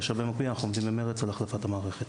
במקביל אנחנו עובדים במרץ על החלפת המערכת.